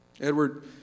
Edward